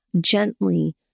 gently